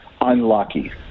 unlucky